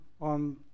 on